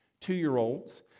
two-year-olds